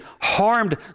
harmed